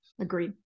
Agreed